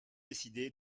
décider